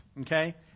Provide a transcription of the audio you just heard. okay